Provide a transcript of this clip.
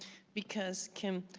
because kim,